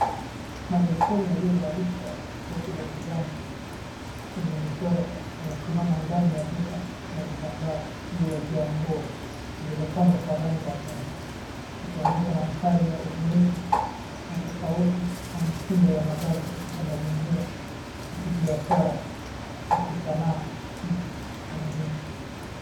Manekeni aliyevalishwa koti la kijani yenye michoro amesimama ndani ya duka la vitambaa lililojaa nguo zilizopangwa kwa rangi ya njano. Inaonyesha mandhari ya ubunifu na tofauti ya mtindo wa mavazi katika mazingira ya kibiashara, ya kisanaa na ya kitamaduni.